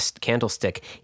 candlestick